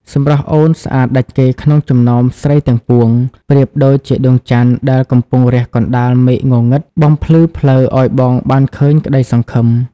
សម្រស់អូនស្អាតដាច់គេក្នុងចំណោមស្រីទាំងពួង ប្រៀបដូចជាដួងច័ន្ទដែលកំពុងរះកណ្តាលមេឃងងឹត បំភ្លឺផ្លូវឱ្យបងបានឃើញក្តីសង្ឃឹម។